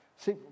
See